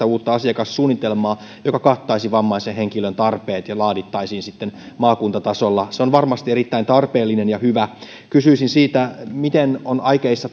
uutta asiakassuunnitelmaa joka kattaisi vammaisen henkilön tarpeet ja laadittaisiin sitten maakuntatasolla se on varmasti erittäin tarpeellinen ja hyvä kysyisin siitä miten ollaan aikeissa